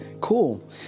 Cool